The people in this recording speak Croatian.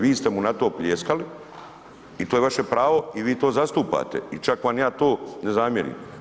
Vi ste mu na to pljeskali i to je vaše pravo i vi to zastupate i čak vam ja to ne zamjeram.